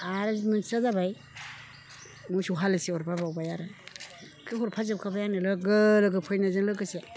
आरो मोनसेया जाबाय मोसौ हालिसे हरफाबावबाय आरो बेखौ हरफाजोबखाबाय आंनो लोगो लोगो फैनायजों लोगोसे